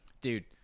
Dude